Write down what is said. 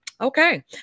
Okay